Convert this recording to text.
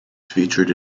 featured